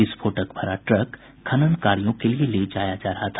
विस्फोटक भरा ट्रक खनन कार्यों के लिए ले जाया जा रहा था